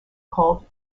called